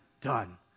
done